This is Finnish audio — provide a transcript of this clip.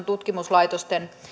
tutkimuslaitosten